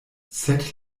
sed